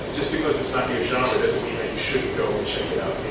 just because it's not your genre doesn't mean that you shouldn't go check